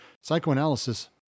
Psychoanalysis